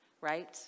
right